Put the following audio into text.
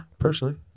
personally